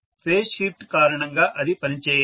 phase shift కారణంగా అది పనిచేయదు